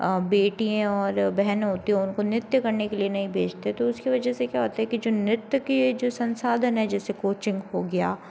बेटियाँ और बहने होती हैं उनको नृत्य करने के लिए नहीं भेजते तो उसकी वजह से क्या होता है कि जो नृत्य के जो संसाधन हैं जैसे कोचिंग हो गया